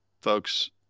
folks